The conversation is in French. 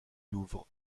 louvre